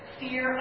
fear